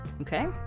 okay